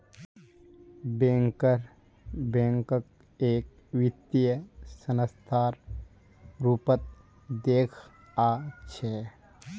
banker बैंकक एक वित्तीय संस्थार रूपत देखअ छ